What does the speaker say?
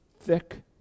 thick